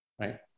right